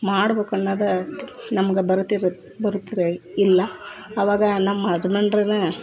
ಮಾಡ್ಬೇಕು ಅನ್ನೋದು ನಮ್ಗೆ ಬರುತ್ತಿರುತ್ತೆ ಬರುತ್ತಿರ ಇಲ್ಲ ಅವಾಗ ನಮ್ಮ ಹಸಬೆಂಡೇನೇ